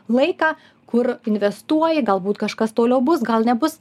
laiką kur investuoji galbūt kažkas toliau bus gal nebus